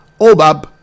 Obab